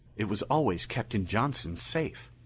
it was always kept in johnson's safe.